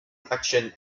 election